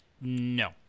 No